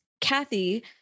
Kathy